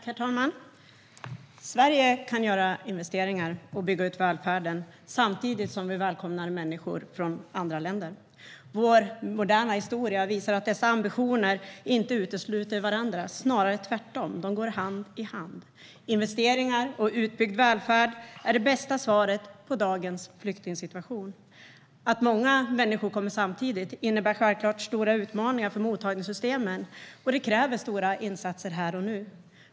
Herr talman! Sverige kan göra investeringar och bygga ut välfärden samtidigt som vi välkomnar människor från andra länder. Vår moderna historia visar att dessa ambitioner inte utesluter varandra. Det är snarare tvärtom. De går hand i hand. Investeringar och utbyggd välfärd är det bästa svaret på dagens flyktingsituation. Att många människor kommer samtidigt innebär självklart stora utmaningar för mottagningssystemen. Och det kräver stora insatser här och nu.